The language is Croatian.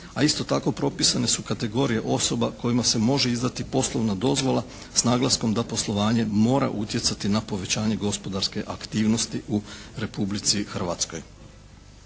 a isto tako propisane su kategorije osoba kojima se može izdati poslovna dozvola s naglaskom da poslovanje mora utjecati na povećanje gospodarske aktivnosti u Republici Hrvatskoj.